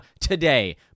today